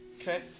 Okay